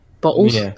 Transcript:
bottles